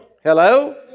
Hello